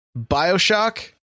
Bioshock